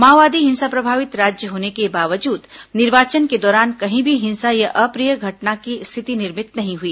माओवादी हिंसा प्रभावित राज्य होने के बावजूद निर्वाचन के दौरान कहीं भी हिंसा या अप्रिय घटना की स्थिति निर्मित नहीं हुई